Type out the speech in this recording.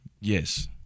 Yes